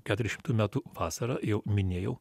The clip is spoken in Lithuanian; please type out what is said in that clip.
keturi šimtųjų metų vasarą jau minėjau